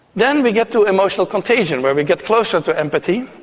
then we get to emotional contagion where we get closer to empathy.